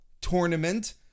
Tournament